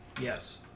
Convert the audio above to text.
Yes